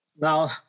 Now